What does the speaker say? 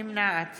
נמנעת